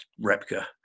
Repka